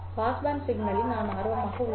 passband சிக்னலில் நான் ஆர்வமாக உள்ளேன்